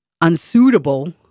unsuitable